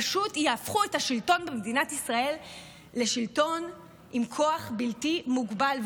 פשוט יהפכו את השלטון במדינת ישראל לשלטון עם כוח בלתי מוגבל,